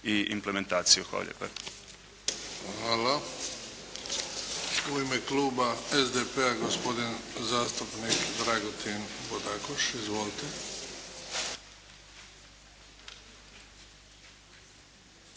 **Bebić, Luka (HDZ)** Hvala. U ima kluba SDP-a, gospodin zastupnik Dragutin Bodakoš. Izvolite.